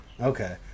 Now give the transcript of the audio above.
Okay